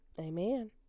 Amen